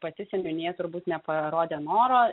pati seniūnija turbūt neparodė noro